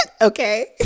okay